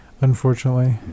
unfortunately